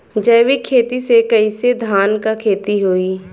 जैविक खेती से कईसे धान क खेती होई?